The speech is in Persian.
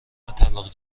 طلاق